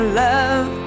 love